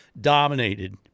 dominated